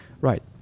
Right